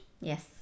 Yes